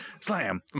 slam